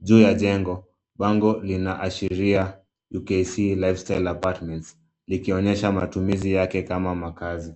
Juu ya jengo, bango linaashiria, Ukc Lifestyle Apartments, likionyesha matumizi yake kama makaazi.